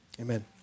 amen